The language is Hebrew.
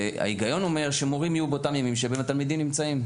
ההיגיון אומר שמורים יהיו באותם ימים שבהם התלמידים נמצאים.